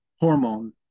hormone